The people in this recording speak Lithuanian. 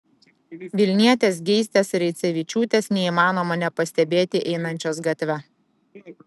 vilnietės geistės raicevičiūtės neįmanoma nepastebėti einančios gatve